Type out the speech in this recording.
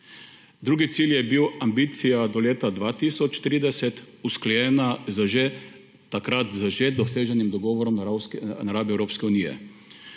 Drugi cilj je bil ambicija do leta 2030, usklajena s takrat že doseženim dogovorom na ravni Evropske unije.